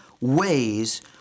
ways